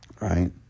right